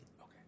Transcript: Okay